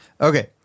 Okay